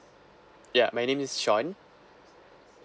yup my name is sean